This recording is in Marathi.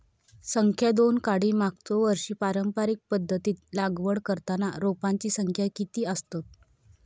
संख्या दोन काडी मागचो वर्षी पारंपरिक पध्दतीत लागवड करताना रोपांची संख्या किती आसतत?